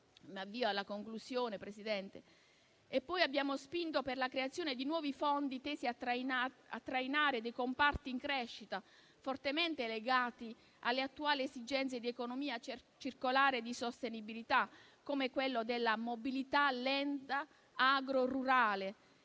Abbiamo spinto per la creazione di nuovi fondi tesi a trainare dei comparti in crescita, fortemente legati alle attuali esigenze di economia circolare e di sostenibilità, come quello della mobilità lenta agro-rurale